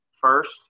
first